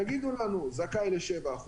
תגידו לנו אם הוא זכאי ל-7%,